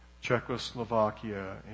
Czechoslovakia